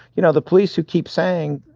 you know, the police who keep saying,